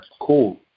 Cool